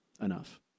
enough